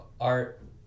art